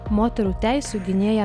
moterų teisių gynėja